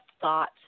thought